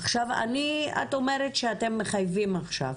את אומרת שאתם מחייבים עכשיו.